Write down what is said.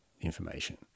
information